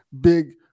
big